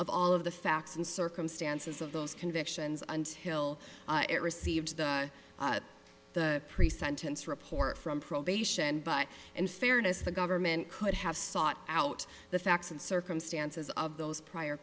of all of the facts and circumstances of those convictions until it received the the pre sentence report from probation but in fairness the government could have sought out the facts and circumstances of those prior